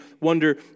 wonder